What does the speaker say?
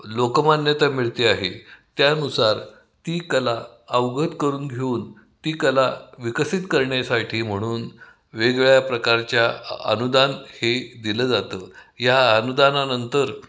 लोकमान्यता मिळते आहे त्यानुसार ती कला अवगत करून घेऊन ती कला विकसित करण्यासाठी म्हणून वेगवेगळ्या प्रकारच्या अनुदान हे दिलं जातं ह्या अनुदानानंतर